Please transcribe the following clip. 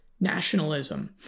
nationalism